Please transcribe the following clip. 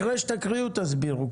אחרי שתקריאו, תסבירו.